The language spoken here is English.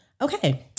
Okay